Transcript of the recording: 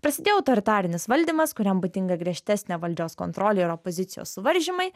prasidėjo autoritarinis valdymas kuriam būdinga griežtesnė valdžios kontrolė ir opozicijos suvaržymai